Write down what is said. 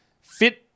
Fit